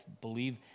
believe